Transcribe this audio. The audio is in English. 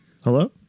Hello